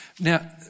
Now